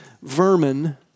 vermin